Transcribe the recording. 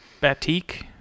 Batik